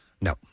No